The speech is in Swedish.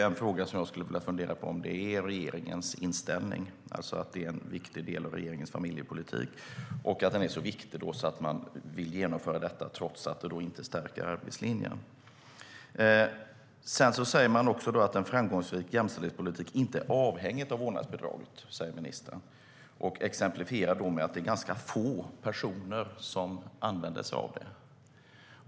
Jag undrar om det är regeringens inställning att vårdnadsbidraget är en viktig del av regeringens familjepolitik, så viktigt att det ska genomföras trots att det inte stärker arbetslinjen. Ministern säger att en framgångsrik jämställdhetspolitik inte är avhängig vårdnadsbidraget. Han exemplifierar med att det är få personer som använder sig av det.